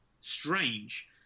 strange